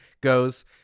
goes